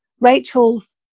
Rachel's